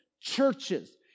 churches